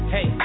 Hey